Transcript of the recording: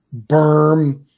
berm